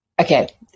okay